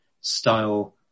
style